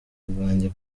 bwanjye